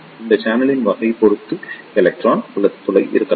இது சேனலின் வகையைப் பொறுத்து எலக்ட்ரான் அல்லது துளை இருக்கலாம்